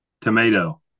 Tomato